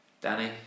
Danny